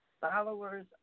followers